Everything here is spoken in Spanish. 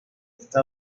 está